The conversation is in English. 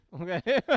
Okay